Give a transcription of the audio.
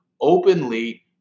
openly